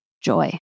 joy